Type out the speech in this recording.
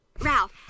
Ralph